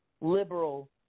liberal